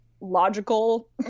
logical